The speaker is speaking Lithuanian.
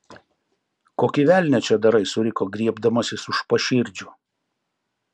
kokį velnią čia darai suriko griebdamasis už paširdžių